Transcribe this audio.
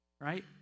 right